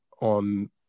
on